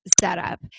Setup